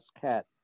cat